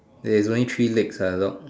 there's only three legs uh the dog